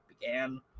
began